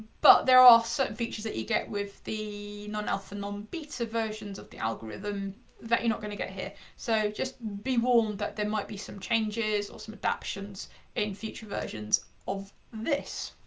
but there are certain features that you get with the non-alpha, non-beta versions of the algorithm that you're not going to get here. so just be warned that there might be some changes or some adaptions in future versions of this.